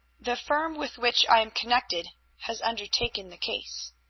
the firm with which i am connected has undertaken the case.